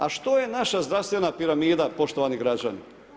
A što je naša zdravstvene piramida poštovani građani?